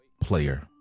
player